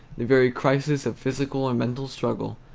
the very crises of physical or mental struggle.